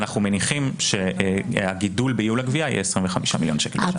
אנחנו מניחים שהגידול בייעול הגבייה יהיה 25,000,000 שקלים בשנה.